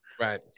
Right